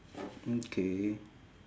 okay